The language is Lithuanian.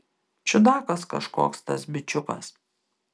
čiudakas kažkoks tas bičiukas